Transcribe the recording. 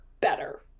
better